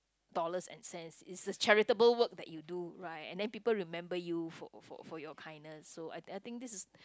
dollars and cents is the charitable work that you do right and then people remember you for for for your kindness so I I think this is